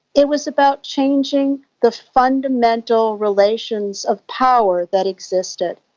it was about changing the fundamental relations of power that existed.